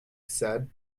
said